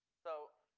so,